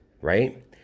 right